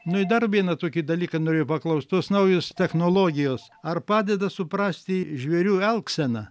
nu i dar vieną tokį dalyką norėjau paklaust tos naujos technologijos ar padeda suprasti žvėrių elgseną